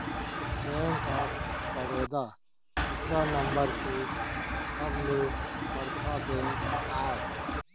bank of Baroda तीसरा number के सबले बड़का बेंक आय